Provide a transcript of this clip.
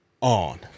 on